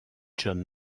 john